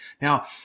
Now